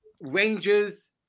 Rangers